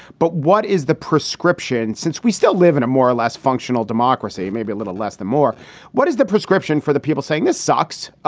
but what is the prescription since we still live in a more or less functional democracy, maybe a little less, the more what is the prescription for the people saying this sucks?